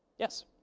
yes.